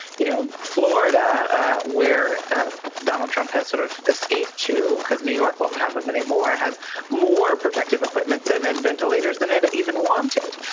you know florida where donald trump has sort of escaped to, because new york won't have him anymore, has more protective equipment and ventilators than it even wanted.